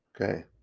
okay